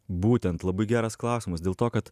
būtent labai geras klausimas dėl to kad